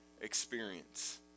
experience